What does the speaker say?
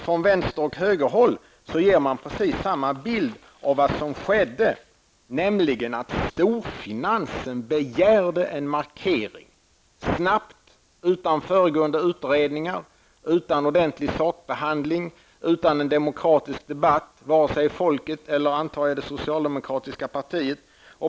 Från vänster och högerhåll ger man således precis samma bild av vad som skedde, nämligen att storfinansen begärde en markering, snabbt utan föregående utredningar, utan ordentlig sakbehandling och utan en demokratisk debatt vare sig bland folket eller, antar jag, det socialdemokratiska partiet.